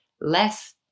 less